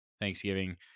Thanksgiving